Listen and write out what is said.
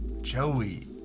Joey